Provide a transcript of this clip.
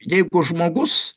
jeigu žmogus